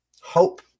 hope